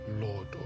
Lord